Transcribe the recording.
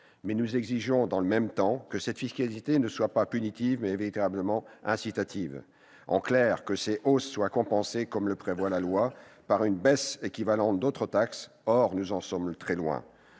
Mais nous exigeons, dans le même temps, que cette fiscalité soit non pas punitive, mais véritablement incitative : en clair, que ces hausses soient compensées, comme le prévoit la loi, par une baisse équivalente d'autres taxes. Or nous en sommes très loin